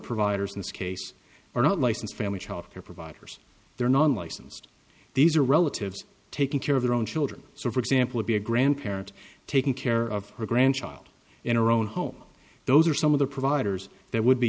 providers in this case are not licensed family childcare providers they're non licensed these are relatives taking care of their own children so for example be a grandparent taking care of her grandchild in her own home those are some of the providers there would be